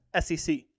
SEC